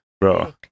bro